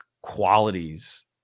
qualities